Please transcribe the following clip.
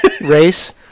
race